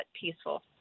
peaceful